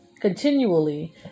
continually